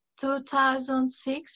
2006